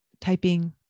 typing